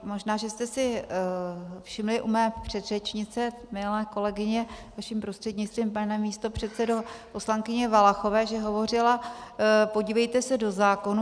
Možná že jste si všimli u mé předřečnice, milé kolegyně, vaším prostřednictvím, pane místopředsedo, poslankyně Valachové, že hovořila: Podívejte se do zákonů.